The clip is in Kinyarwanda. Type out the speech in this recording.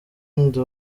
ndi